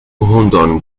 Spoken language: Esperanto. hundon